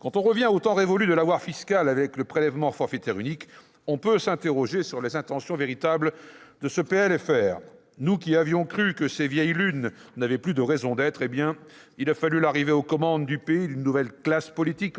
Quand on revient aux temps révolus de l'avoir fiscal, avec le prélèvement forfaitaire unique, on peut s'interroger sur les intentions véritables qui sous-tendent ce projet de loi de finances rectificative. Nous qui avions cru que ces vieilles lunes n'avaient plus de raison d'être, eh bien, il a fallu l'arrivée aux commandes du pays d'une « nouvelle classe politique »